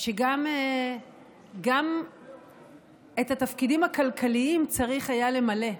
שגם את התפקידים הכלכליים צריך היה למלא,